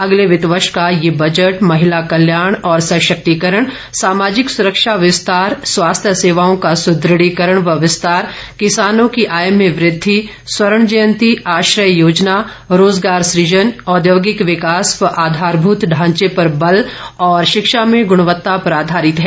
अगले वित्त वर्ष का यह बजट महिला कल्याण और सशक्तिकरण सामाजिक सुरक्षा विस्तार स्वास्थ्य सेवाओं का सुद्दढीकरण व विस्तार किसानों की आय में वृद्धि स्वर्ण जयंती आश्रय योजना रोजगार सुजन औद्योगिक विकास व आधारभूत ढांचे पर बल और शिक्षा में गुणवत्ता पर आधारित है